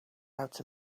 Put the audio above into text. out